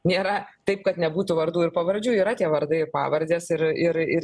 nėra taip kad nebūtų vardų ir pavardžių yra tie vardai ir pavardės ir ir ir